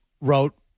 wrote